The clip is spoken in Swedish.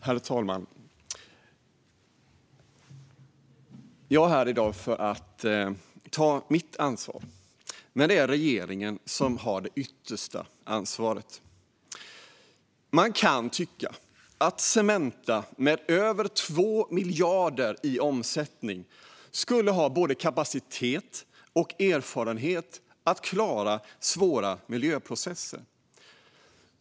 Herr talman! Jag är här i dag för att ta mitt ansvar. Men det är regeringen som har det yttersta ansvaret. Man kan tycka att Cementa, med över två miljarder i omsättning, skulle ha både kapacitet och erfarenhet att klara svåra miljöprocesser.